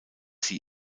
sie